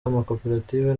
amakoperative